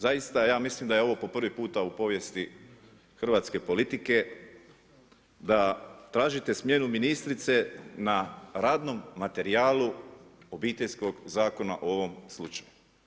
Zaista ja mislim da je ovo po prvi puta u povijesti hrvatske politike da tražite smjenu ministrice na radnom materijalu obiteljskog zakona u ovom slučaju.